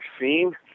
scene